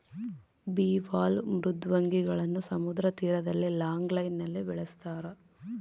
bivalve ಮೃದ್ವಂಗಿಗಳನ್ನು ಸಮುದ್ರ ತೀರದಲ್ಲಿ ಲಾಂಗ್ ಲೈನ್ ನಲ್ಲಿ ಬೆಳಸ್ತರ